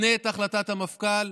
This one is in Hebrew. שנה את החלטת המפכ"ל,